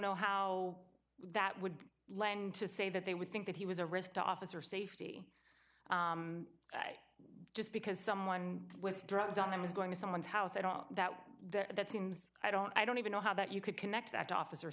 know how that would lend to say that they would think that he was a risk to officer safety just because someone with drugs on them is going to someone's house i don't know that that seems i don't i don't even know how that you could connect that office